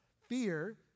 Fear